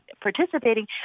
participating